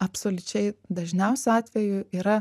absoliučiai dažniausiu atveju yra